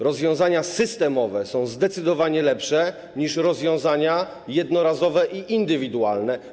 Rozwiązania systemowe są zdecydowanie lepsze niż rozwiązania jednorazowe i indywidualne.